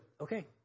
okay